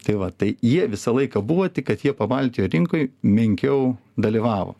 tai va tai jie visą laiką buvo tik kad jie pabaltijo rinkoj menkiau dalyvavo